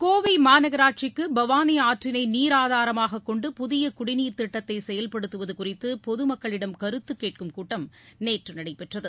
கோவை மாநகராட்சிக்கு பவானி ஆற்றினை நீராதாரமாகக் கொண்டு புதிய குடிநீர் திட்டத்தை செயல்படுத்துவது குறித்து பொதுமக்களிடம் கருத்து கேட்கும் கூட்டம் நேற்று நடைபெற்றது